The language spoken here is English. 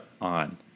on